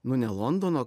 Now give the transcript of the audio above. nu ne londono